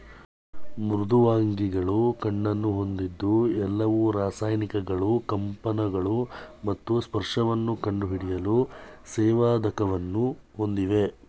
ಮೃದ್ವಂಗಿಗಳು ಕಣ್ಣನ್ನು ಹೊಂದಿದ್ದು ಎಲ್ಲವು ರಾಸಾಯನಿಕಗಳು ಕಂಪನಗಳು ಮತ್ತು ಸ್ಪರ್ಶವನ್ನು ಕಂಡುಹಿಡಿಯಲು ಸಂವೇದಕವನ್ನು ಹೊಂದಿವೆ